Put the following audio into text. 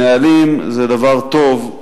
נהלים זה דבר טוב,